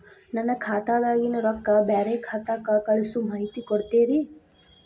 ನನ್ನ ಖಾತಾದಾಗಿನ ರೊಕ್ಕ ಬ್ಯಾರೆ ಖಾತಾಕ್ಕ ಕಳಿಸು ಮಾಹಿತಿ ಕೊಡತೇರಿ?